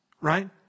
right